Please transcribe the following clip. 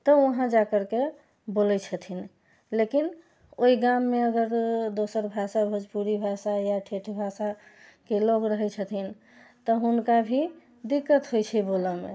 तऽ वहाँ जाकरके बोलै छथिन लेकिन ओहि गाममे अगर दोसर भाषा भोजपुरी भाषा या ठेठ भाषाके लग रहै छथिन तऽ हुनका भी दिक्कत होइ छै बोलयमे